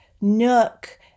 Nook